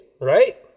right